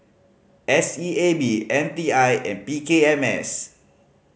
S E A B M T I and P K M S